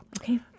Okay